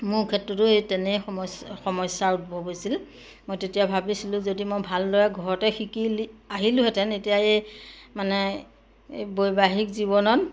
মোৰ ক্ষেত্ৰতো এই তেনেই সমস্যা সমস্যাৰ উদ্ভৱ হৈছিল মই তেতিয়া ভাবিছিলোঁ যদি মই ভালদৰে ঘৰতে শিকি আহিলোহেঁতেন এতিয়া এই মানে এই বৈবাহিক জীৱনত